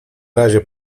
razie